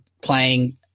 playing